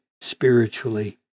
spiritually